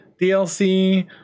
DLC